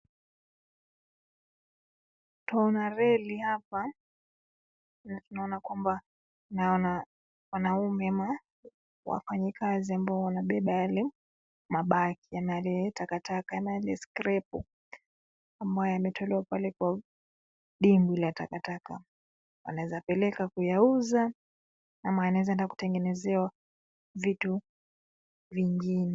Twaona reli hapa naona kwamba, naona wanaume ama wafanyikazi ambao wamebeba yale mabaki, yaani yale takataka yaani yale skrepu, ambayo yametolewa pale kwa dimbwi la takataka. Wanaeza peleka kuyauza ama yanaweza enda kutengenezewa vitu vingine.